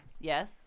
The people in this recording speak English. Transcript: yes